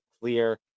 clear